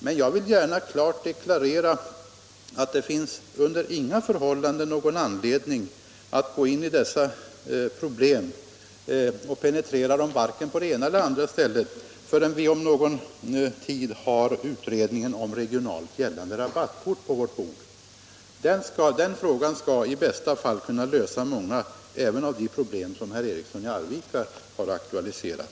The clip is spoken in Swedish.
Men jag vill gärna klart deklarera att det under inga förhållanden finns anledning att penetrera dessa problem, varken på det ena eller det andra stället, förrän vi om någon tid har utredningen om ett regionalt gällande rabattkort på vårt bord. Förslaget från den utredningen skall i bästa fall kunna lösa även de problem som herr Eriksson i Arvika i dag har aktualiserat.